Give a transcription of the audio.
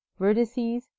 vertices